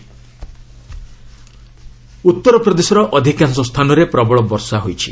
rain ଉତ୍ତର ପ୍ରଦେଶର ଅଧିକାଂଶ ସ୍ଥାନରେ ପ୍ରବଳ ବର୍ଷା ହୋଇଛି